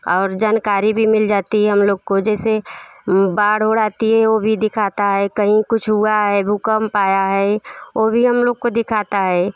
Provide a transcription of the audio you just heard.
और जानकारी भी मिल जाती है हम लोग को जैसे बाढ़ ऊढ़ आती है वो भी दिखाता है कहीं कुछ हुआ है भूकंप आया है वो भी हम लोग को दिखाता है